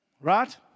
Right